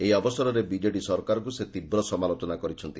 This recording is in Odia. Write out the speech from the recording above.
ଏହି ଅବସରରେ ବିଜେଡ଼ି ସରକାରକ ସେ ତୀବ୍ର ସମାଲୋଚନା କରିଛନ୍ତି